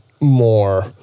more